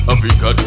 Africa